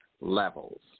levels